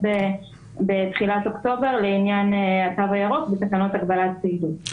בתחילת אוקטובר לעניין התו הירוק ותקנות הגבלת פעילות.